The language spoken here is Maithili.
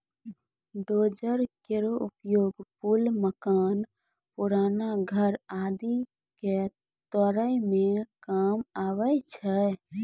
डोजर केरो उपयोग पुल, मकान, पुराना घर आदि क तोरै म काम आवै छै